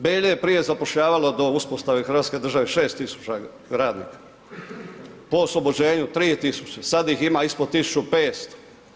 Belje je prije zapošljavalo do uspostave hrvatske države 6000 radnika, po oslobođenju 3000, sad ih ima ispod 1500.